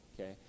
okay